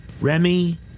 Remy